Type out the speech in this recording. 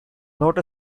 not